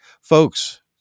Folks